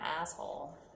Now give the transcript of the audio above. asshole